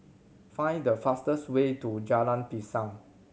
find the fastest way to Jalan Pisang